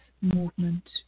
movement